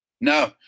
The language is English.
No